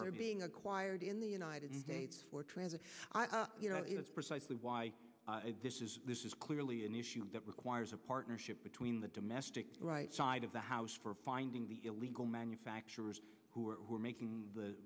are being acquired in the united states for transit you know it's precisely why this is this is clearly an issue that requires a partnership between the domestic right side of the house for finding the illegal manufacturers who are making the